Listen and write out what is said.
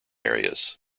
areas